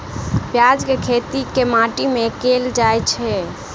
प्याज केँ खेती केँ माटि मे कैल जाएँ छैय?